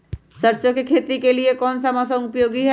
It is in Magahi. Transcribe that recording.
सरसो की खेती के लिए कौन सा मौसम उपयोगी है?